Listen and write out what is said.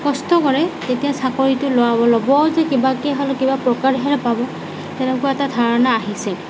কষ্ট কৰে তেতিয়া চাকৰিটো লোৱা ল'বৰ যে কিবাকৈ হ'লেও কিবা প্ৰকাৰে হে পাব তেনেকুৱা এটা ধাৰণা আহিছে